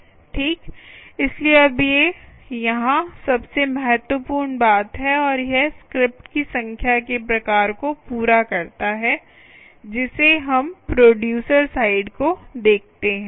ठीक इसलिए अब ये यहां सबसे महत्वपूर्ण बात है और यह स्क्रिप्ट की संख्या के प्रकार को पूरा करता है जिसे हम प्रोडयूसर साइड को देखते हैं